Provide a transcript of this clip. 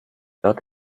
dörte